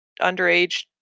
underage